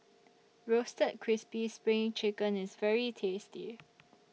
Roasted Crispy SPRING Chicken IS very tasty